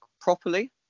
properly